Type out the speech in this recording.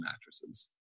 mattresses